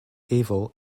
evil